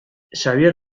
xabier